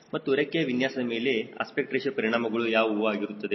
ಮತ್ತು ರೆಕ್ಕೆಯ ವಿನ್ಯಾಸದ ಮೇಲೆ ಅಸ್ಪೆಕ್ಟ್ ರೇಶಿಯೋ ಪರಿಣಾಮಗಳು ಯಾವುವು ಆಗಿರುತ್ತದೆ